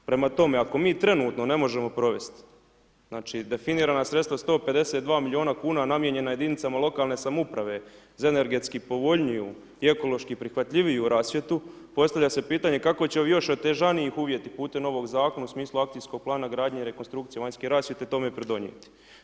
Prema tome, ako mi trenutno ne možemo provest, znači definirana sredstva 152 milijuna kuna namijenjena jedinicama lokalne samouprave za energetski povoljniju i ekološki prihvatljiviju rasvjetu, postavlja se pitanje, kako će ovi još otežaniji uvjeti putem ovog zakona u smislu akcijskog plana gradnje i rekonstrukcije vanjske rasvjete tome pridonijeti?